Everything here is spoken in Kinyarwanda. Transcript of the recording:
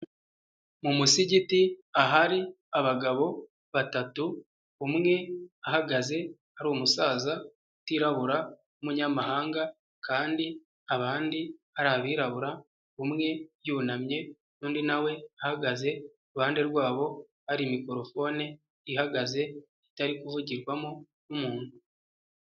Mu musigiti ahari abagabo batatu umwe ahagaze, hari umusaza utirabura w'umunyamahanga kandi abandi ari abirabura, umwe yunamye n'undi nawe we ahagaze, iruhande rwabo hari mikorofone ihagaze itari kuvugirwamo n'umuntu.